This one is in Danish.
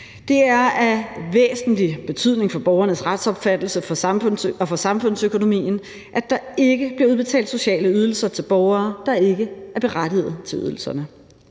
Det er af væsentlig betydning for borgernes retsopfattelse og for samfundsøkonomien, at der ikke bliver udbetalt sociale ydelser til borgere, der ikke er berettiget til ydelserne.